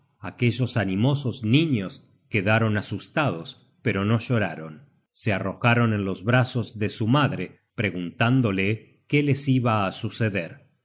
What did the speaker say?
aquellos animosos niños quedaron asustados pero no lloraron se arrojaron en los brazos de su madre preguntándola qué les iba á suceder